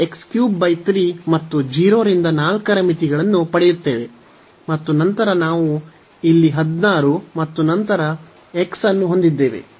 ನಾವು x 33 ಮತ್ತು 0 ರಿಂದ 4 ರ ಮಿತಿಗಳನ್ನು ಪಡೆಯುತ್ತೇವೆ ಮತ್ತು ನಂತರ ಇಲ್ಲಿ ನಾವು 16 ಮತ್ತು ನಂತರ x ಅನ್ನು ಹೊಂದಿದ್ದೇವೆ 8 4